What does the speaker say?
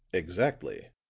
exactly.